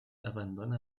abandona